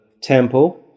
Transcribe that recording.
temple